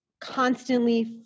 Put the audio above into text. constantly